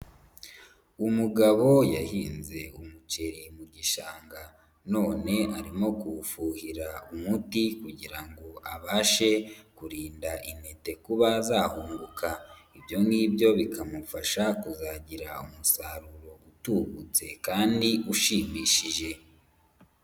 Umugabo yahinze umuceri mu gishanga, none arimo kuwufuhira umuti kugira ngo abashe kurinda intete kuba zahunguka, ibyo ngibyo bikamufasha kuzagira umusaruro utubutse kandi ushimishije.